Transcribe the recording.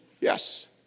Yes